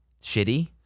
shitty